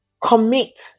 commit